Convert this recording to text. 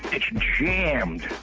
it's jammed!